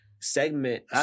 segment